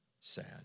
sad